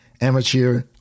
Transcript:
Amateur